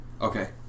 Okay